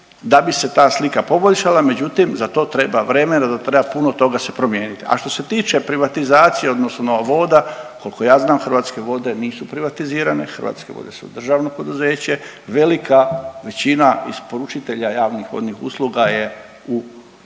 da bi se ta slika poboljšala, međutim za to treba vremena da treba puno toga se promijenit. A što se tiče privatizacije odnosno voda kolko ja znam Hrvatske vode nisu privatizirane, Hrvatske vode su državno poduzeće, velika većina isporučitelja javnih vodnih usluga je u